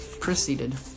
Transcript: proceeded